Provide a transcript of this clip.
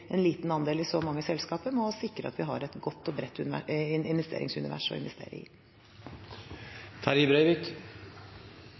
en liten andel i så mange selskaper, må vi sikre at vi har et godt og bredt investeringsunivers å investere i.